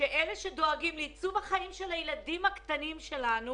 שאלה שדואגים לעיצוב החיים של הילדים הקטנים שלנו